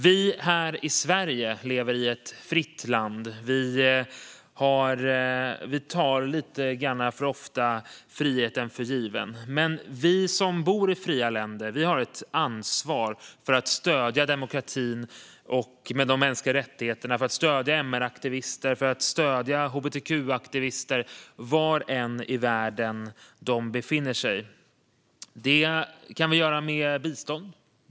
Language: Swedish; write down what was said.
Vi här i Sverige lever i ett fritt land. Vi tar lite för ofta friheten för given. Men vi som bor i fria länder har ett ansvar för att stödja demokratin och de mänskliga rättigheterna och för att stödja MR-aktivister och hbtq-aktivister var än i världen de befinner sig. Det kan vi göra med bistånd.